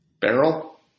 barrel